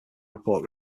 report